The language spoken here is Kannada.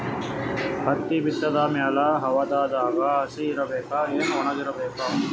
ಹತ್ತಿ ಬಿತ್ತದ ಮ್ಯಾಲ ಹವಾದಾಗ ಹಸಿ ಇರಬೇಕಾ, ಏನ್ ಒಣಇರಬೇಕ?